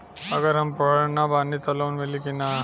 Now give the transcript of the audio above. अगर हम पढ़ल ना बानी त लोन मिली कि ना?